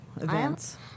events